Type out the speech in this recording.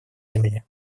земле